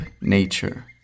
nature